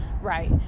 Right